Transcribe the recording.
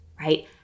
right